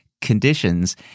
conditions